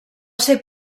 ser